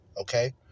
okay